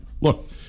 look